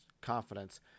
confidence